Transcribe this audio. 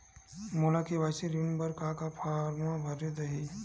मोला के.सी.सी ऋण बर का का फारम दही बर?